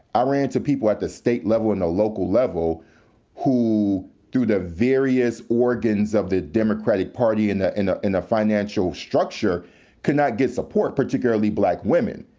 um i met people at the state level and the local level who through the various organs of the democratic party and the and and financial structure could not get support, particularly black women.